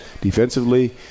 Defensively